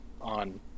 on